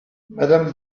madame